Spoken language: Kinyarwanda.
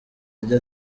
ajya